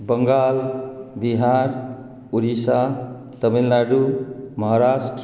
Bengal Bihar Orissa Tamil Nadu Maharashtra